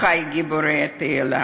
אחי גיבורי התהילה.